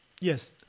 Yes